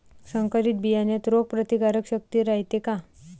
संकरित बियान्यात रोग प्रतिकारशक्ती रायते का?